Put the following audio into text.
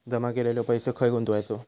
जमा केलेलो पैसो खय गुंतवायचो?